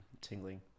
tingling